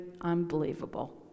unbelievable